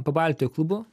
pabaltijo klubų